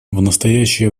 настоящее